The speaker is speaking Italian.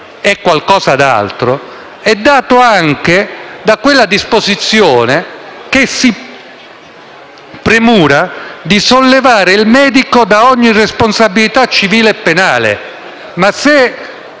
di volontà è dato anche da quella disposizione che si premura di sollevare il medico da ogni responsabilità civile e penale. Ma se